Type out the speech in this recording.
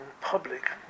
public